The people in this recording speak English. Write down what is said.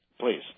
Please